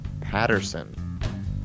Patterson